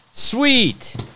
Sweet